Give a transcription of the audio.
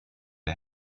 der